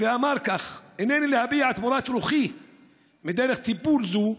אמר כך: הינני להביע את מורת רוחי מדרך טיפול זו,